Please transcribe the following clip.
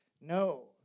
No